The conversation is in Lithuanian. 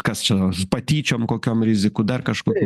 kas čia nors patyčiom kokiom rizikų dar kažkokių